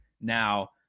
now